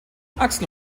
axel